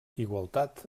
igualtat